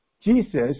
Jesus